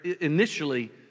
initially